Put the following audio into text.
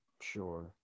Sure